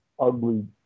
Ugly